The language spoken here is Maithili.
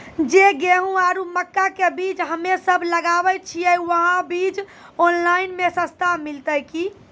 जे गेहूँ आरु मक्का के बीज हमे सब लगावे छिये वहा बीज ऑनलाइन मे सस्ता मिलते की?